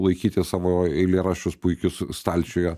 laikyti savo eilėraščius puikius stalčiuje